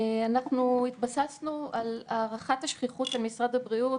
אנחנו התבססנו על הערכת השכיחות של משרד הבריאות,